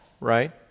right